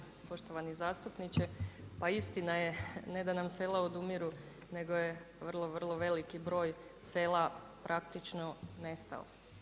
Zahvaljujem poštovani zastupniče, pa istina je, ne da nam sela odumiru, nego je vrlo, vrlo veliki broj sela praktično nestao.